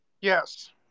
Yes